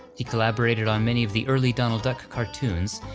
he collaborated on many of the early donald duck cartoons,